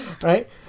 Right